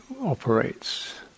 operates